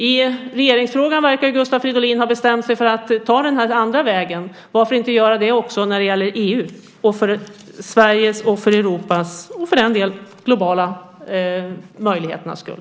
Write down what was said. I regeringsfrågan verkar Gustav Fridolin ha bestämt sig för att ta den andra vägen. Varför inte göra det också när det gäller EU, för Sveriges, Europas och för den delen för de globala möjligheternas skull?